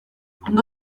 ondo